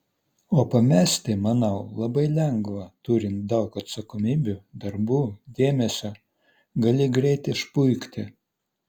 o pamesti manau labai lengva turint daug atsakomybių darbų dėmesio gali greit išpuikti